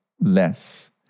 less